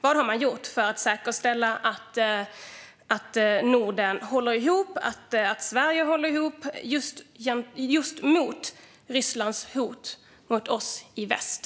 Vad har man gjort för att säkerställa att Norden håller ihop och att Sverige håller ihop mot just Rysslands hot mot oss i väst?